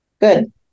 Good